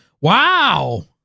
Wow